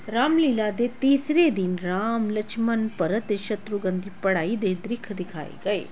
ਰਾਮਲੀਲਾ ਦੇ ਤੀਸਰੇ ਦਿਨ ਰਾਮ ਲਛਮਣ ਭਰਤ ਸ਼ਤਰੂਗਨ ਦੀ ਪੜ੍ਹਾਈ ਦੇ ਦ੍ਰਿਸ਼ ਦਿਖਾਏ ਗਏ